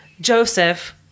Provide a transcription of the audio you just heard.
Joseph